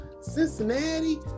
Cincinnati